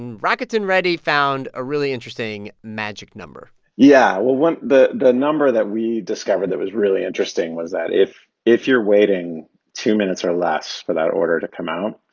and rakuten ready found a really interesting magic number yeah, well, the the number that we discovered that was really interesting was that if if you're waiting two minutes or less for that order to come out,